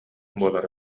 буолара